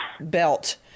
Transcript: belt